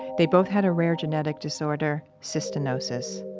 they both had a rare genetic disorder, cystinosis.